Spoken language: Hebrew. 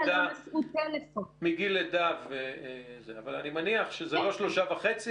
אני מניח שזה לא 3.5,